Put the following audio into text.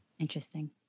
Interesting